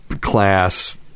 class